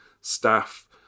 staff